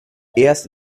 erst